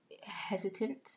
hesitant